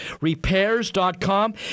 repairs.com